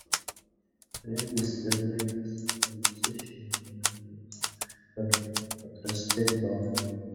regis ir laikas namuose šiandien neprailgs kartu atrasite įdomią veiklą